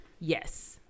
Yes